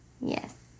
Yes